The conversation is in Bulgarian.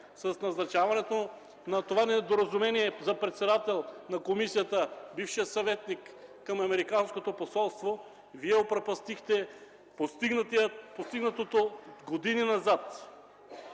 с назначаването на това недоразумение за председател на комисията – бившият съветник към американското посолство, Вие опропастихте постигнатото години назад.